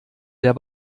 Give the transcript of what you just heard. der